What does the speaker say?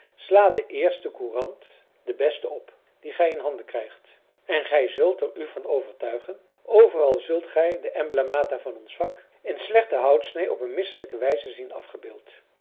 sla de eerste courant de beste op die gij in handen krijgt en gij zult er u van overtuigen overal zult gij de emblemata van ons vak in slechte houtsnee op een misselijke wijze zien afgebeeld